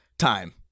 time